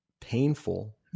painful